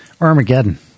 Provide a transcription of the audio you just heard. Armageddon